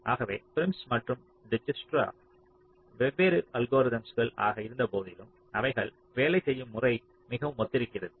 ஆகவே Prim's Prim's மற்றும் Dijkstra வெவ்வேறு அல்கோரிதம்கள் ஆக இருந்த போதிலும் அவைகள் வேலை செய்யும் முறை மிகவும் ஒத்திருக்கிறது